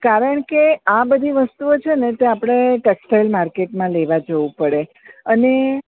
કારણકે આ બધી વસ્તુઓ છે ને તે આપણે ટેક્સટાઇલ માર્કેટમાં લેવા જવું પડે અને